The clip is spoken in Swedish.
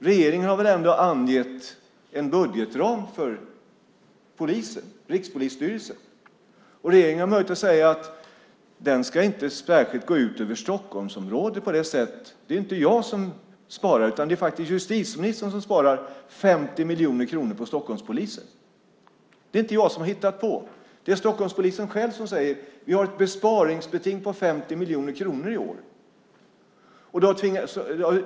Regeringen har väl ändå angett en budgetram för polisen, Rikspolisstyrelsen, och regeringen har möjlighet att säga att den inte ska gå ut särskilt över Stockholmsområdet på det sättet. Det är inte jag som sparar, utan det är justitieministern som sparar 50 miljoner kronor på Stockholmspolisen. Det är inte jag som hittar på. Det är Stockholmspolisen själv som säger att de har ett besparingsbeting på 50 miljoner kronor i år.